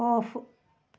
off